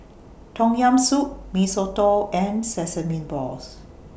Tom Yam Soup Mee Soto and Sesame Balls